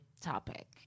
topic